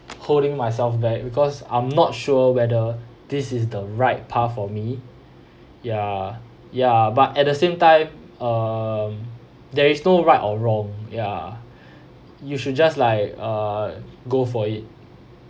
holding myself back because I'm not sure whether this is the right path for me ya ya but at the same time um there is no right or wrong ya you should just like uh go for it